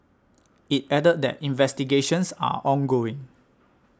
it added that investigations are ongoing